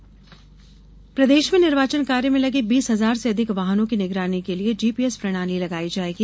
चुनाव वाहन जीपीएस प्रदेश में निर्वाचन कार्य में लगे बीस हजार से अधिक वाहनों की निगरानी के लिए जीपीएस प्रणाली लगाई जायेगी